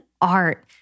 art